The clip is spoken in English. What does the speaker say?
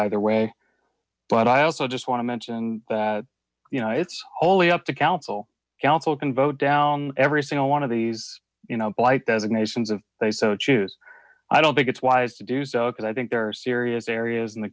either way but i also just want to mention that you know i's wholly up to council council can vote down every single one of these blight designations if they so choose i don't think it's wise to do so because i think there are serious areas in the